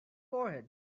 forehead